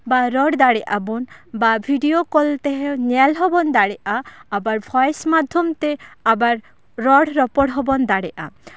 ᱵᱟ ᱨᱚᱲ ᱫᱟᱲᱮᱭᱟᱜ ᱟᱵᱚᱱ ᱵᱟ ᱵᱷᱤᱰᱭᱳ ᱠᱚᱞ ᱛᱮ ᱧᱮᱞ ᱦᱚᱸᱵᱚᱱ ᱫᱟᱲᱮᱭᱟᱜᱼᱟ ᱟᱵᱟᱨ ᱵᱷᱚᱭᱮᱥ ᱢᱟᱫᱽᱫᱷᱚᱢ ᱛᱮ ᱟᱵᱟᱨ ᱨᱚᱲ ᱨᱚᱯᱚᱲ ᱦᱚᱸᱵᱚᱱ ᱫᱟᱲᱮᱭᱟᱜᱼᱟ